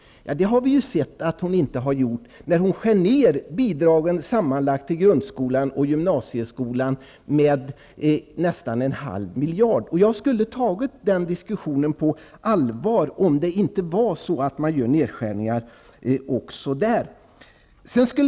Det har vi sett att hon inte gör, när hon skär ned bidragen till grundskola och gymnasium med sammanlagt nästan en halv miljard. Jag skulle ha tagit den diskussionen på allvar om man inte hade gjort nedskärningar också där.